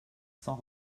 sans